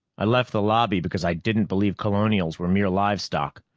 i left the lobby because i didn't believe colonials were mere livestock.